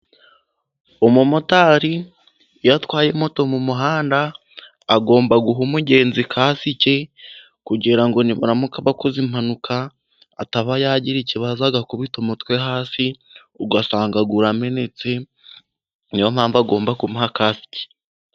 Umumotari iyo atwaye moto mu muhanda, agomba guha umugenzi kasike kugira ngo nibaramuka bakoze impanuka ataba yagira ikibazo, agakubita umutwe hasi ugasanga uramenetse, ni yo mpamvu agomba kumuha kasike.